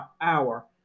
hour